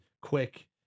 quick